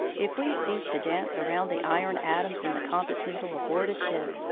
if we ceased to dance around the iron atoms in the compass needle aboard a ship,